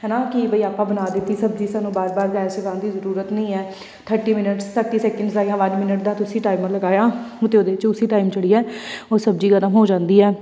ਹੈ ਨਾ ਕਿ ਬਈ ਆਪਾਂ ਬਣਾ ਦਿੱਤੀ ਸਬਜ਼ੀ ਸਾਨੂੰ ਬਾਰ ਬਾਰ ਗੈਸ ਚਲਾਉਣ ਦੀ ਜ਼ਰੂਰਤ ਨਹੀਂ ਹੈ ਥਟੀ ਮਿਨਟਸ ਤੱਕ ਤੀਹ ਸੈਕਿੰਡ ਜਾਂ ਵੰਨ ਮਿਨਟ ਦਾ ਤੁਸੀਂ ਟਾਈਮਰ ਲਗਾਇਆ ਅਤੇ ਉਹਦੇ ਵਿੱਚ ਉਸੀ ਟਾਈਮ ਜਿਹੜੀ ਹੈ ਉਹ ਸਬਜ਼ੀ ਗਰਮ ਹੋ ਜਾਂਦੀ ਹੈ